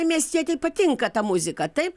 miestietei patinka ta muzika taip